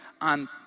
on